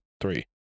three